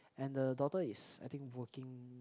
and the daughter is I think working